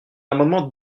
amendement